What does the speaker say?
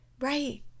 right